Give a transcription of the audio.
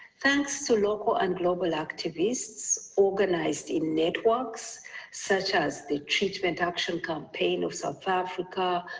thanks to local and global activists organised in networks such as the treatment action campaign of south africa,